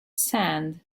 sand